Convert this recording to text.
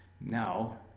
Now